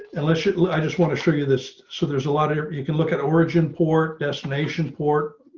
alicia, i just want to show you this. so there's a lot of you can look at origin port destination port.